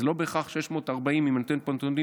זה לא בהכרח 640. אם אני נותן נתונים,